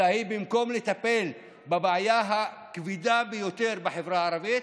אלא במקום לטפל בבעיה הכבדה ביותר בחברה הערבית,